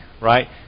right